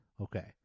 Okay